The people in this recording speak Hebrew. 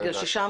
באתי